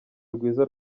rwiza